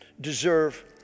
deserve